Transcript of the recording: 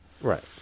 Right